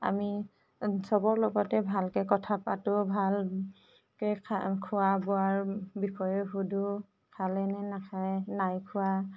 আমি চবৰ লগতে ভালকৈ কথা পাতো ভালকৈ খা খোৱা বোৱা বিষয়ে সোধো খালেনে নাখায় নাই খোৱা